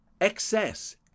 Excess